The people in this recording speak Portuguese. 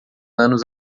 anos